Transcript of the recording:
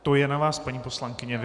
To je na vás, paní poslankyně.